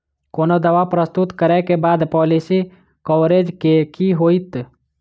कोनो दावा प्रस्तुत करै केँ बाद पॉलिसी कवरेज केँ की होइत?